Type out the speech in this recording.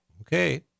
Okay